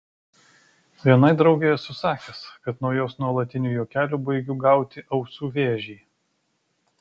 vienai draugei esu sakęs kad nuo jos nuolatinių juokelių baigiu gauti ausų vėžį